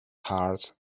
heart